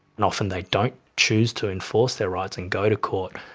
and often they don't choose to enforce their rights and go to court,